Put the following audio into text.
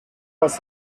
was